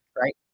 right